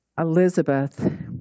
Elizabeth